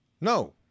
No